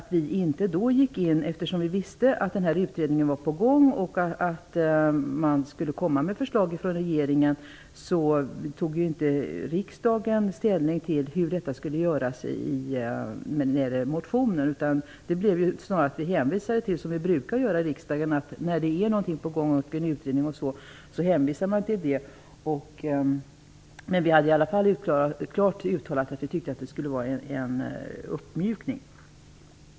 Vi visste att det var en utredning på gång och att regeringen skulle komma med förslag. Därför tog inte riksdagen ställning till motionen utan man -- som man brukar göra -- hänvisade till denna utredning. Men det hade i alla fall klart uttalats att det skulle ske en uppmjukning.